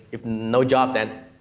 if no job, then.